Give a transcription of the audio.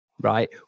right